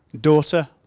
daughter